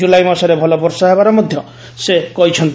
ଜୁଲାଇ ମାସରେ ଭଲ ବର୍ଷା ହେବାର ମଧ୍ୟ ସେ କହିଛନ୍ତି